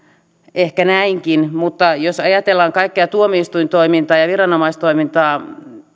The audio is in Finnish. ehkä näinkin mutta jos ajatellaan kaikkea tuomioistuintoimintaa ja viranomaistoimintaa